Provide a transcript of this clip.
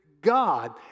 God